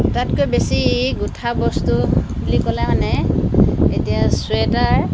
আটাইতকৈ বেছি গোঁঠা বস্তু বুলি ক'লে মানে এতিয়া ছুৱেটাৰ